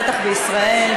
בטח בישראל,